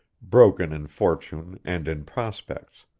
broken in fortune and in prospects.